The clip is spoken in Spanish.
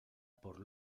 por